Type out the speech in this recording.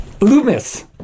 Loomis